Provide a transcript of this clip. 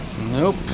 Nope